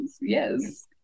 Yes